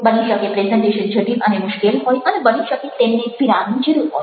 બની શકે પ્રેઝન્ટેશન જટિલ અને મુશ્કેલ હોય અને બની શકે તેમને વિરામની જરૂર હોય